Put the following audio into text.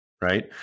Right